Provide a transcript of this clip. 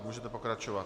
Můžete pokračovat.